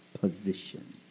position